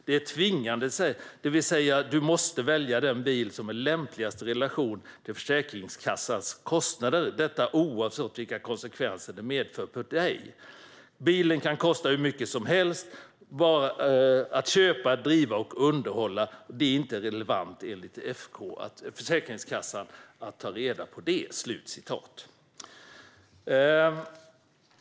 Det är tvingande, det vill säga att du måste välja den bil som är lämpligast i relation till Försäkringskassans kostnader, oavsett vilka konsekvenser det medför för dig. Bilen kan kosta hur mycket som helst att köpa, driva och underhålla. Det är inte relevant enligt Försäkringskassan att ta reda på det.